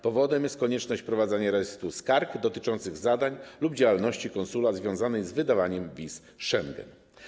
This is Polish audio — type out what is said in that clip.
Powodem jest konieczność prowadzenia rejestru skarg dotyczących zadań lub działalności konsula związanych z wydawaniem wiz Schengen.